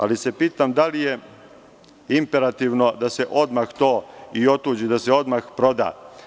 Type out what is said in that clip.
Ali, pitam se da li je imperativno da se odmah to i otuđi, da se odmah proda?